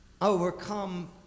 overcome